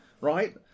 right